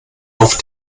auf